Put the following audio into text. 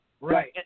Right